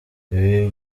ibi